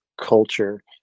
culture